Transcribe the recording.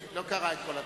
הקמת אתר הנצחה),